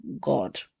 God